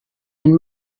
and